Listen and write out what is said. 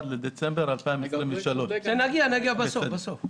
31 בדצמבר 2023. נגיע לזה בסוף.